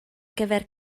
gyfer